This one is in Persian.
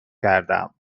کردم